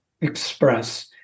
express